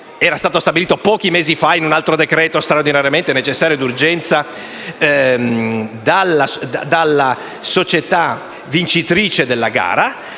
era stato stabilito pochi mesi fa in un altro decreto-legge straordinariamente necessario ed urgente - dalla società vincitrice della gara,